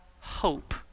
hope